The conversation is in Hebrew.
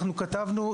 אנחנו כתבנו,